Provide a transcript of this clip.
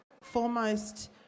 foremost